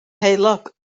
heulog